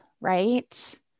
right